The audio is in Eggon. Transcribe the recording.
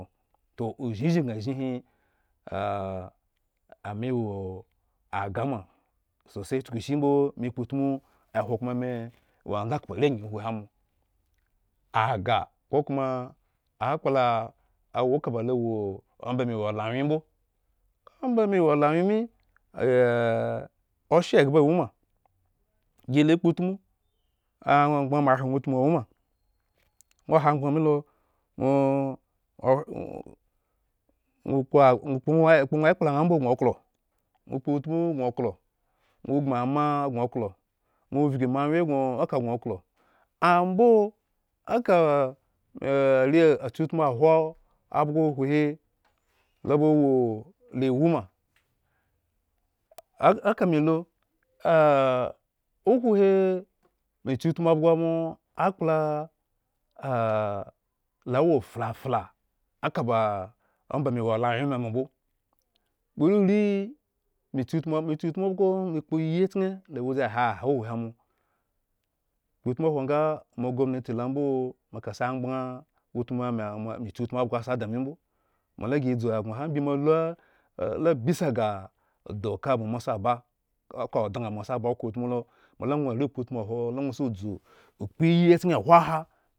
toh ozhuzhin gŋa zhin hi ame wo agah ma sose chukushinembo me kpoutmu ehwo koma me wo andaskhpo are angyi uhuli amo agah kokoma akpla awo kaba lo awoomba me wo ola wyen mbo omba me wo ola wyen me oshe eghba woma. gila kpotmu, amgban mo ahre ŋwo kpo ŋwo. utmu awoma ŋwo kwa ŋwo kpoŋwa ŋwo kpo nwo ohe ekpla ŋhambo gŋo oklo, ŋwo ohe gboŋ ama gŋo. gŋo klo, ambo mawyengŋo eka gŋo klo ambo aka are akyu utmu who abhgo uhuhi, lo ba wo la iwu ma, ak-aka melu uhuhi me kyutmu abhgoamo akpla lo wo fla fla akaba omba me wo wo ola wyen me ma mbo uri uri me kyutmu abhgo, gommanti lo ambo moaka si amgban utmu ame ame kyutmu abhgo si adi me mbo, mo la gi dzu egŋ me kyutmu abhgo me kpo iyii chken la woje eha ha uhuhi amo, kmpotmu who, mola ŋwo sa dzu okpo iyii chken hwo ahan